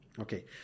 Okay